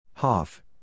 HOFF